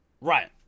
right